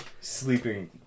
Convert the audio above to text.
sleeping